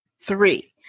Three